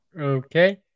Okay